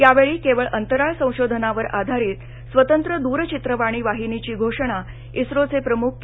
यावेळी केवळ अंतराळ संशोधनावर आधारित स्वतंत्र दूरचित्रवाणी वाहिनीची घोषणा इसरोचे प्रमुख के